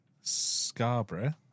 Scarborough